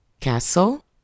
castle